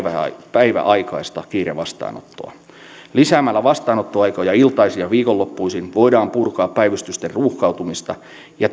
päiväaikaista kiirevastaanottoa lisäämällä vastaanottoaikoja iltaisin ja viikonloppuisin voidaan purkaa päivystysten ruuhkautumista ja